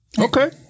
okay